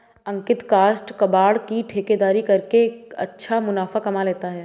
अंकित काष्ठ कबाड़ की ठेकेदारी करके अच्छा मुनाफा कमा लेता है